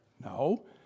No